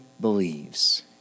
believes